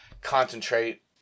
concentrate